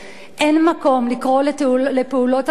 אין מקום לקרוא לפעולות הטרור,